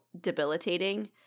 debilitating